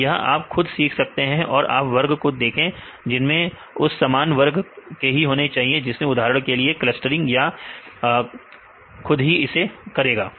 तो यह आप खुद सीख सकते हैं और आप वर्ग को देखें जिसमें सब सामान वर्ग के ही होने चाहिए उदाहरण के लिए क्लस्टरिंग या फिर खुद ही इसे करेगा